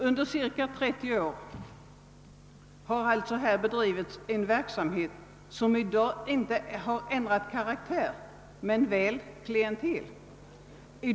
.Under cirka 30 år har alltså bedrivits en verksamhet, vars karaktär i dag inte ändrats — men väl dess klientel.